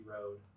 road